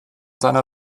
seiner